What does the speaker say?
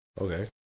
Okay